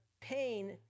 pain